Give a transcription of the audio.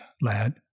lad